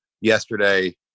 yesterday